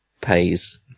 pays